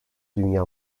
dünya